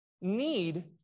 need